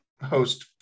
host